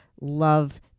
love